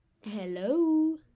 Hello